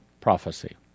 prophecy